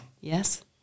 Yes